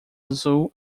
azul